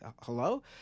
Hello